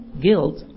guilt